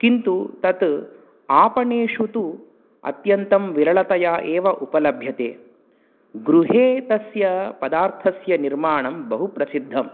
किन्तु तत् आपणेषु तु अत्यन्तं विरळतया एव उपलभ्यते गृहे तस्य पदार्थस्य निर्माणं बहु प्रसिद्धं